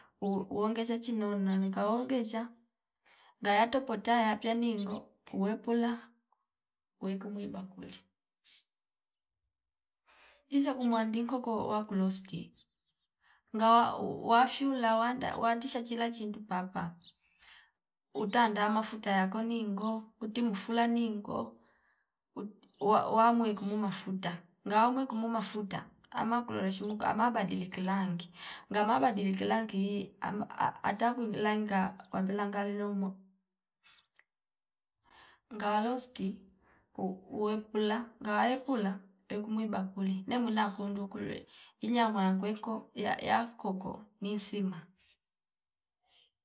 Uuongecha chinono nika ongesha ngaya topota yapia ningo uwepola wiuku mwi bakuli ichakumwa ndinkonko wakulosti ngawa wafyula wanda wantisha chila chindu papa utanda mafuta yako ningo utimfula ningo uti wa- wamwe mikmu mafuta ngawa mwimkmu mafuta ama kuloleshu ama badiliki langi ngama badilki langi am- a- a- atakuvi lanka watela ngawilomo ngawa losti uu- uuwekula ngawa ekula ekumwi bakuli namweni akundu kurwe inya mwa kweko ya- yankoko niisima